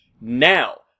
Now